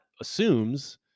assumes